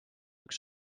üks